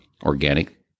organic